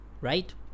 right